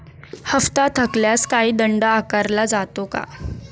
हप्ता थकल्यास काही दंड आकारला जातो का?